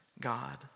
God